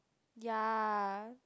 ya